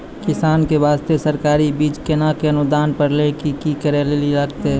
किसान के बास्ते सरकारी बीज केना कऽ अनुदान पर लै के लिए की करै लेली लागतै?